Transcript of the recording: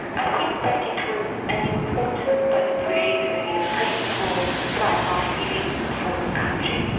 i think that it was an important, but very, very painful time of healing for the country.